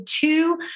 two